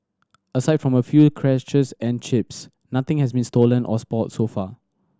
aside from a few scratches and chips nothing has been stolen or spoilt so far